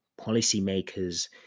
Policymakers